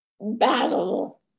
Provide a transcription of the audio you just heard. battle